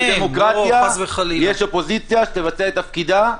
בדמוקרטיה יש אופוזיציה שתבצע את תפקידה,